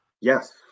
Yes